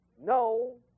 No